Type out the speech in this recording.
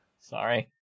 Sorry